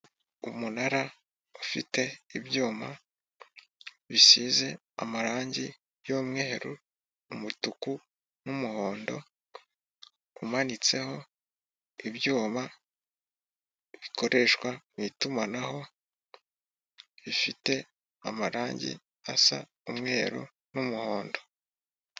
Umunara ufite ibyuma bisize amarangi y'umweru umutuku n'umuhondo umanitseho ibyuma bikoreshwa mw'itumanaho bifite amarangi asa umweru n'umuhondo.